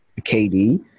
KD